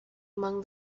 among